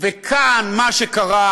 וכאן מה שקרה